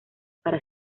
para